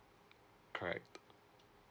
correct